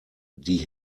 die